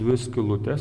dvi skylutes